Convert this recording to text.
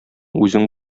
үзең